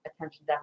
attention